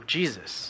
Jesus